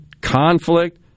conflict